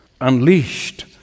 unleashed